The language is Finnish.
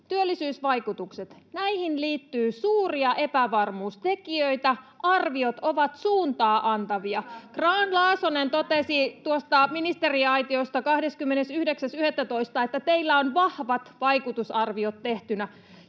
työllisyysvaikutuksiin liittyy suuria epävarmuustekijöitä, arviot ovat suuntaa antavia. [Krista Kiuru: Kyllä, näin on!] Grahn-Laasonen totesi tuosta ministeriaitiosta 29.11., että teillä on vahvat vaikutusarviot tehtynä,